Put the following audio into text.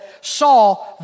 saw